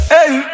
Hey